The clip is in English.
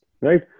Right